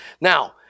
Now